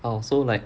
oh so like